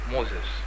Moses